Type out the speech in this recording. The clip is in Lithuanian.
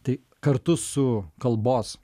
tai kartu su kalbos